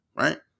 Right